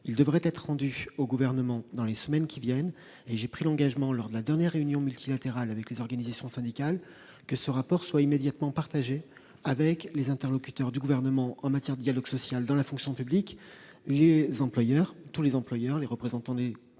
et devrait être rendu au Gouvernement dans les semaines qui viennent. J'ai pris l'engagement, lors de la dernière réunion multilatérale avec les organisations syndicales, que ce rapport serait immédiatement partagé avec les interlocuteurs du Gouvernement en matière de dialogue social dans la fonction publique : les représentants du collège des employeurs des